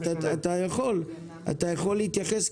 אתה יכול להתייחס,